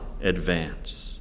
advance